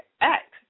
act